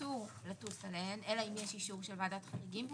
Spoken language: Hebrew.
שאסור לטוס אליהן אלא אם יש אישור של ועדת חריגים.